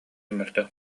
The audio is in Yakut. мөлтөх